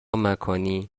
مکانی